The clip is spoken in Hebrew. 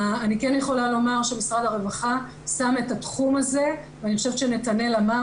אני כן יכולה לומר שמשרד הרווחה שם את התחום הזה ואני חושבת שנתנאל אמר,